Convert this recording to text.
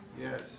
Yes